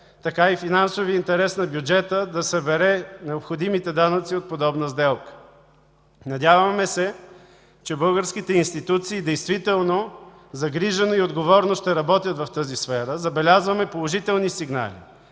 така и финансовият интерес на бюджета да събере необходимите данъци от подобна сделка. Надяваме се, че българските институции действително загрижено и отговорно ще работят в тази сфера. Забелязваме положителни сигнали.